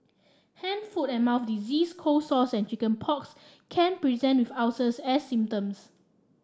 hand foot and mouth disease cold sores and chicken pox can present with ulcers as symptoms